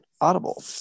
Audible